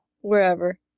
Wherever